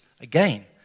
again